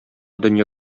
дөнья